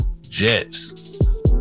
Jets